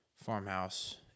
farmhouse